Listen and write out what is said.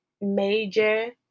major